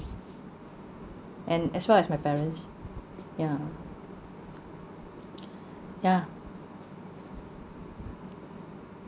and as well as my parents ya ya